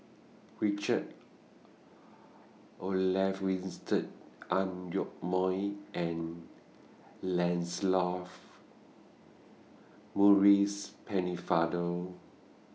Richard Olaf Winstedt Ang Yoke Mooi and Lancelot Maurice Pennefather